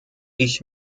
ich